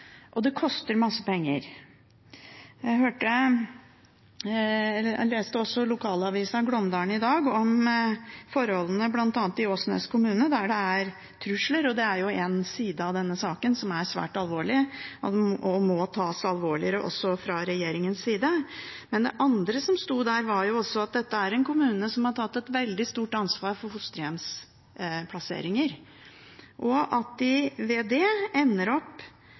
og det koster masse penger. Jeg leste også i lokalavisen Glåmdalen i dag om forholdene bl.a. i Åsnes kommune, der det er trusler, og det er en side av denne saken som er svært alvorlig, og som må tas alvorligere også fra regjeringens side. Men det andre som sto der, er at dette er en kommune som har tatt et veldig stort ansvar for fosterhjemsplasseringer, og at de ved det ender opp